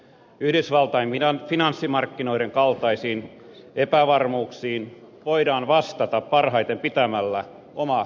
yhdysvaltain finanssimarkkinoiden kaltaisiin epävarmuuksiin voidaan vastata parhaiten pitämällä oma kotipesä kunnossa